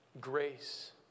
Grace